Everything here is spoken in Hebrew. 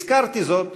הזכרתי זאת